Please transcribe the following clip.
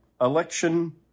election